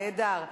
נהדר.